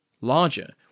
larger